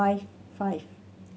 five five